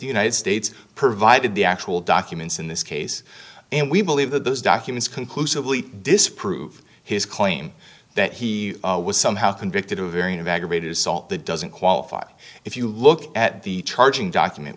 he united states provided the actual documents in this case and we believe that those documents conclusively disprove his claim that he was somehow convicted of a variant of aggravated assault that doesn't qualify if you look at the charging document